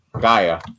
Gaia